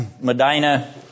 Medina